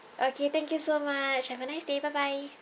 okay thank you so much have a nice day bye bye